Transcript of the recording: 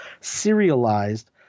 serialized